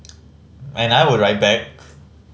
and I would write back